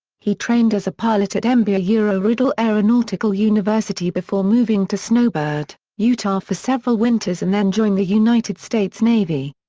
he trained as a pilot at embry-riddle aeronautical university before moving to snowbird, utah for several winters and then joining the united states navy.